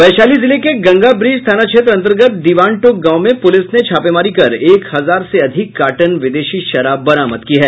वैशाली जिले के गंगा ब्रीज थाना क्षेत्र अंतर्गत दीवानटोक गांव में प्रलिस ने छापेमारी कर एक हजार से अधिक कार्टन विदेशी शराब बरामद की है